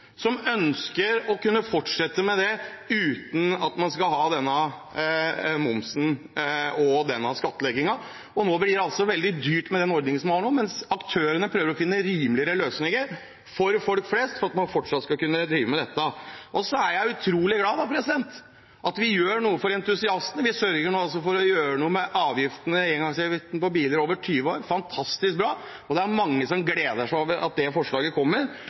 som ønsker å kunne fortsette med det uten at man skal ha denne momsen og denne skattleggingen. Nå blir det altså veldig dyrt med den ordningen vi har nå, mens aktørene prøver å finne rimeligere løsninger for folk flest for at man fortsatt skal kunne drive med dette. Jeg er utrolig glad for at vi gjør noe for entusiastene. Vi sørger nå for å gjøre noe med engangsavgiften på biler over 20 år. Det er fantastisk bra, og det er mange som gleder seg over at det forslaget kommer.